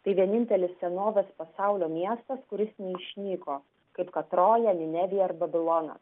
tai vienintelis senovės pasaulio miestas kuris neišnyko kaip katroja ninevija ar babilonas